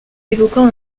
évoquant